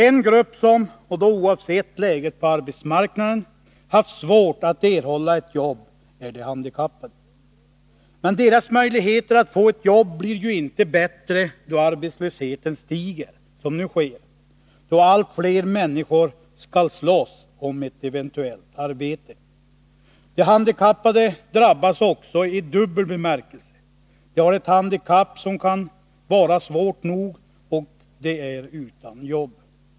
En grupp som — oavsett läget på arbetsmarknaden — haft svårt att erhålla ett jobb är de handikappade. Men deras möjligheter att få ett jobb blir ju inte bättre då arbetslösheten stiger, som nu sker, då allt fler människor skall slåss om ett eventuellt arbete. De handikappade drabbas också i dubbel bemärkelse: de har ett handikapp, som kan vara svårt nog, och de är utan jobb.